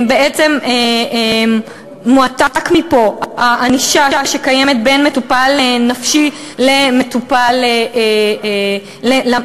בעצם מועתקת מפה הענישה שקיימת בין מטופל נפשי למטפל שלו.